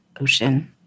Ocean